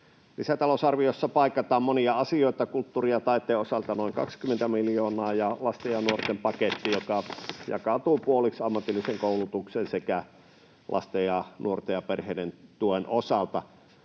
Lisätalousarviossa paikataan monia asioita: kulttuurin ja taiteen osalta on noin 20 miljoonaa, ja on lasten ja nuorten paketti, joka jakaantuu puoliksi ammatillisen koulutuksen sekä lasten ja nuorten ja perheiden tuen osalta.